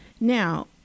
now